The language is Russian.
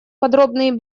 подробный